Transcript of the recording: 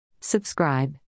Subscribe